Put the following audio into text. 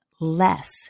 less